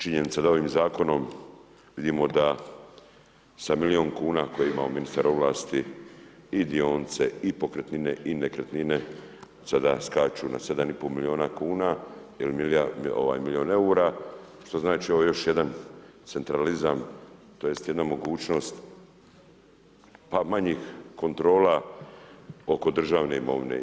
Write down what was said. Činjenica da ovim zakonom vidimo da sa milijun kuna koje imao ministar ovlasti i dionice i pokretnine i nekretnine sada skaču na 7,5 milijuna kuna ili milijun eura, što znači još jedan centralizam tj. jedna mogućnost pa manjih kontrola oko državne imovine.